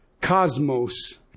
cosmos